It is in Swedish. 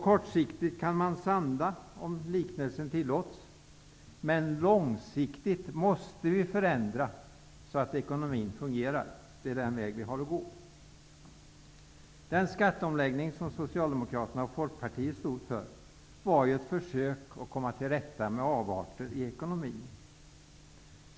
Kortsiktigt kan man sanda -- om den liknelsen tillåts -- men långsiktigt måste vi göra förändringar så att ekonomin fungerar. Det är den väg som vi har att gå. Den skatteomläggning som Socialdemokraterna och Folkpartiet stod för var ett försök att komma till rätta med avarter inom ekonomin.